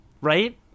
right